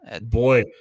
Boy